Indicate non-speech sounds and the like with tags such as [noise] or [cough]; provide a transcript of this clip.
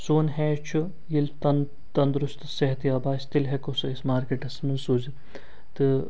سون ہیچ چھُ ییٚلہِ [unintelligible] تنٛدرُست صحت یاب آسہِ تیٚلہِ ہٮ۪کو سُہ أسۍ مارکٮ۪ٹَس مَنٛز سوٗزِتھ تہٕ